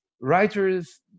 writers